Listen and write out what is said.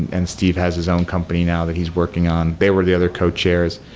and steve has his own company now that he's working on. they were the other cochairs.